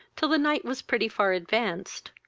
till the night was pretty far advanced.